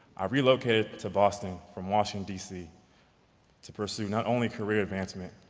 i relocated to boston from washington dc to pursue not only career advancement,